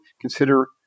consider